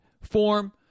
form